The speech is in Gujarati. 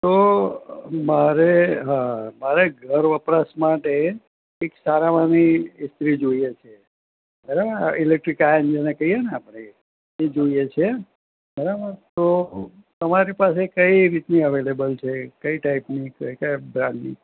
તો મારે હા મારે ઘર વપરાશ માટે એક સારામાંની ઇસ્ત્રી જોઈએ છે બરાબર આ ઇલેક્ટ્રિક આયર્ન જેને કહીએ ને આપણે એ જોઈએ છે બરાબર તો તમારી પાસે કઈ રીતની ટાઈપની કઈ બ્રાન્ડની